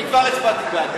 אני כבר הצבעתי בעד.